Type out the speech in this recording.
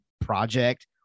project